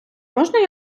можна